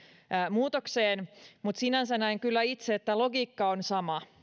muutokseen mutta sinänsä näen kyllä itse että logiikka on sama